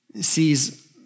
sees